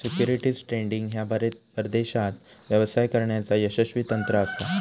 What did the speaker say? securities trading ह्या परदेशात व्यवसाय करण्याचा यशस्वी तंत्र असा